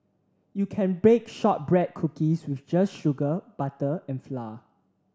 you can bake shortbread cookies with just sugar butter and flour